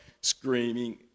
screaming